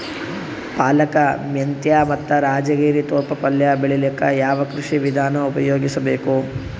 ಪಾಲಕ, ಮೆಂತ್ಯ ಮತ್ತ ರಾಜಗಿರಿ ತೊಪ್ಲ ಪಲ್ಯ ಬೆಳಿಲಿಕ ಯಾವ ಕೃಷಿ ವಿಧಾನ ಉಪಯೋಗಿಸಿ ಬೇಕು?